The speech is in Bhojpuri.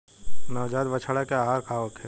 नवजात बछड़ा के आहार का होखे?